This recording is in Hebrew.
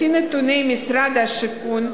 לפי הנתונים של משרד השיכון,